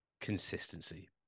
consistency